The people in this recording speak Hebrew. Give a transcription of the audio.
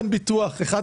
כרם, אמר אחד